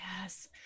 yes